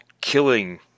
killing